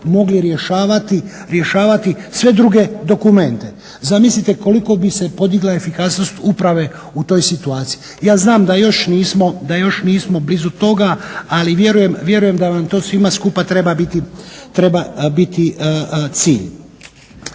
mogli rješavati sve druge dokumente. Zamislite koliko bi se podigla efikasnost uprave u toj situaciji. Ja znam da još nismo blizu toga, ali vjerujem da vam to svima skupa treba biti cilj.